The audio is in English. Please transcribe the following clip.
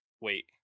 wait